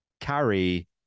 carry